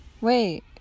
Wait